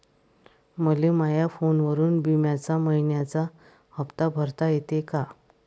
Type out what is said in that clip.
मले माया फोनवरून बिम्याचा मइन्याचा हप्ता भरता येते का?